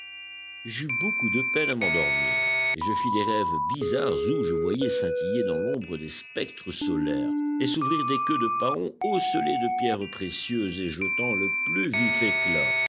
j'eus beaucoup de peine à m'endormir et je fis des rêves bizarres où je voyais scintiller dans l'ombre des spectres solaires et s'ouvrir des queues de paon ocellées de pierres précieuses et jetant le plus vif éclat